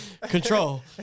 control